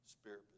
Spirit